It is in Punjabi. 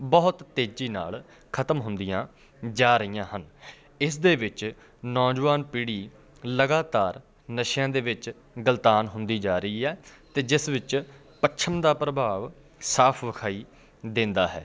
ਬਹੁਤ ਤੇਜ਼ੀ ਨਾਲ ਖ਼ਤਮ ਹੁੰਦੀਆਂ ਜਾ ਰਹੀਆਂ ਹਨ ਇਸ ਦੇ ਵਿੱਚ ਨੌਜਵਾਨ ਪੀੜੀ ਲਗਾਤਾਰ ਨਸ਼ਿਆਂ ਦੇ ਵਿੱਚ ਗਲਤਾਨ ਹੁੰਦੀ ਜਾ ਰਹੀ ਹੈ ਅਤੇ ਜਿਸ ਵਿੱਚ ਪੱਛਮ ਦਾ ਪ੍ਰਭਾਵ ਸਾਫ਼ ਵਿਖਾਈ ਦਿੰਦਾ ਹੈ